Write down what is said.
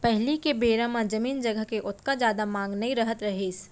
पहिली के बेरा म जमीन जघा के ओतका जादा मांग नइ रहत रहिस हे